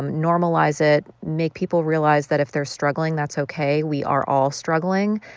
normalize it. make people realize that if they're struggling, that's ok. we are all struggling.